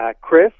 Chris